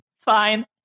Fine